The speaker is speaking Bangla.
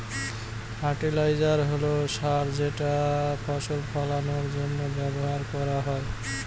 ফার্টিলাইজার হল সার যেটা ফসল ফলানের জন্য ব্যবহার করা হয়